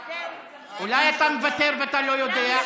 אולי אתה מוותר ואתה לא יודע?